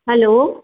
hello